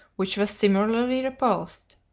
which was similarly repulsed.